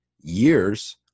years